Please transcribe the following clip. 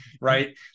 right